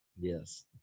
Yes